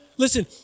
Listen